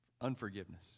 unforgiveness